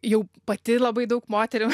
jau pati labai daug moterų